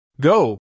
Go